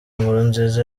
nkurunziza